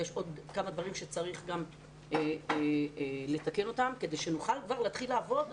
יש עוד כמה דברים שצריך לתקן כדי שנוכל כבר להתחיל לעבוד.